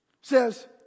says